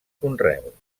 conreu